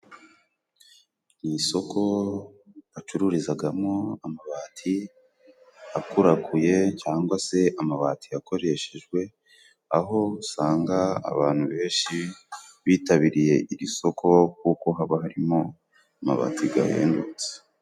Ni isoko bacururizagamo amabati akurakuye cyangwa se amabati yakoreshejwe, aho usanga abantu benshi bitabiriye iri soko kuko haba harimo amabati gahendutse.